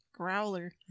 growler